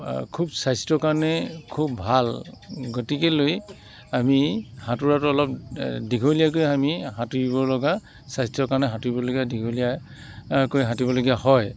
খুব স্বাস্থ্য কাৰণে খুব ভাল গতিকেলৈ আমি সাঁতোৰাটো অলপ দীঘলীয়াকৈ আমি সাঁতুৰিব লগা স্বাস্থ্য কাৰণে সাঁতুৰিবলগীয়া দীঘলীয়াকৈ সাঁতুৰিবলগীয়া হয়